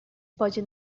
pode